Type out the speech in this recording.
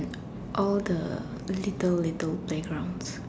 all the little little playgrounds